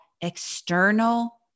external